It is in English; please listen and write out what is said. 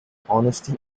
honesty